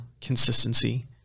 consistency